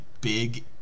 big